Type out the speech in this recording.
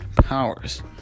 powers